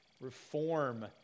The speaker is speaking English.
reform